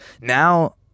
now